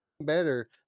better